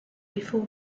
before